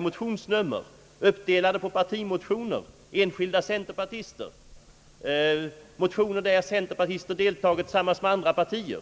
motioner, uppdelade på partimotioner, motioner från enskilda centerpartister och motioner från centerpartister tillsammans med företrädare för andra partier.